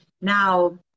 Now